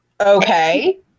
Okay